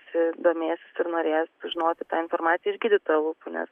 visi domėsis ir norės sužinoti tą informaciją iš gydytojo lūpų nes